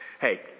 Hey